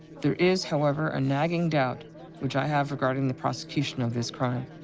there is, however, a nagging doubt which i have, regarding the prosecution of this crime.